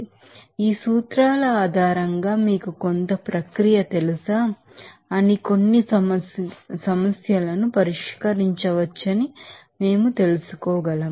కాబట్టి ఈ సూత్రాల ఆధారంగా మీకు కొంత ప్రక్రియ తెలుసా అని కొన్ని సమస్యలను పరిష్కరించవచ్చని మేము తెలుసుకోగలము